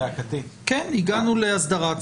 הגענו להסדרה,